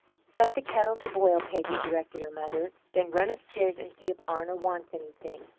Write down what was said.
set the kettle to boil, peggy, directed her mother then run upstairs and see if arna wants anything.